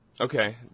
Okay